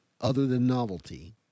other-than-novelty